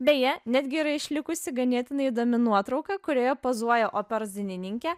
beje netgi yra išlikusi ganėtinai įdomi nuotrauka kurioje pozuoja operos dainininkė